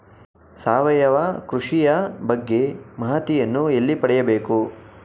ಸಾವಯವ ಕೃಷಿಯ ಬಗ್ಗೆ ಮಾಹಿತಿಯನ್ನು ಎಲ್ಲಿ ಪಡೆಯಬೇಕು?